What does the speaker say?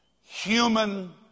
human